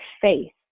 faith